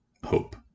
Hope